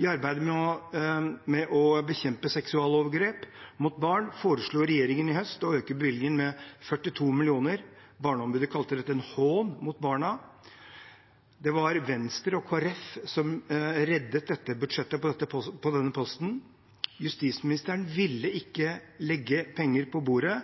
I arbeidet med å bekjempe seksualovergrep mot barn foreslo regjeringen i høst å øke bevilgningen med 42 mill. kr. Barneombudet kalte dette en hån mot barna. Det var Venstre og Kristelig Folkeparti som reddet denne budsjettposten. Justisministeren ville ikke legge penger på bordet.